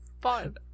Fine